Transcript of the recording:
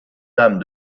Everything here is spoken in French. dame